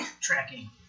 tracking